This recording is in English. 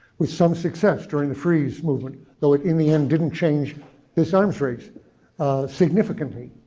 with some success during the freeze movement, though ah in the end, didn't change this arms race significantly.